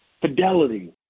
fidelity